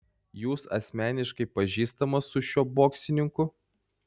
jūs asmeniškai pažįstamas su šiuo boksininku